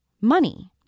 money